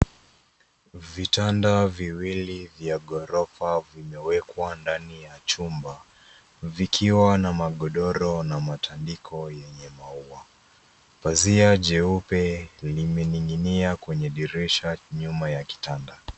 Vitanda viwili ya ghorofa vimewekwa ndani ya chumba, vikiwa na magodoro na matandiko yenye maua. Pazia jeupe limeni ng'inia kwenye dirisha nyuma ya kitanda.